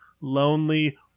lonely